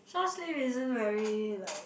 short sleeve isn't very like